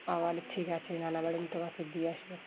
তাহলে ঠিক আছে না বাড়ি তোমাকে দিয়ে আসবো